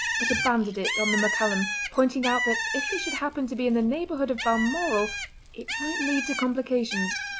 but abandoned it on the maccallum pointing out that if he should happen to be in the neighbourhood of balmoral it might lead to complications.